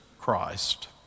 Christ